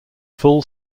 full